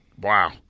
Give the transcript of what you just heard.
wow